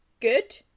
good